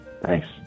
Thanks